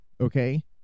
Okay